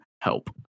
help